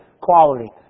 quality